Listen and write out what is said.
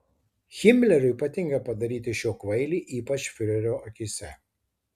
himleriui patinka padaryti iš jo kvailį ypač fiurerio akyse